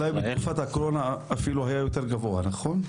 אולי בתקופת הקורונה אפילו היה יותר גבוה, נכון?